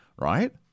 right